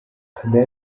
kanda